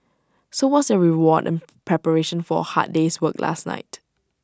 so what's their reward in preparation for A hard day's work last night